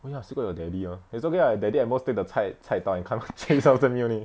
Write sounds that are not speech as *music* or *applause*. oh ya still got your daddy ah it's okay ah your daddy at most take the 菜菜刀 and come *laughs* chase after me only